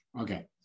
Okay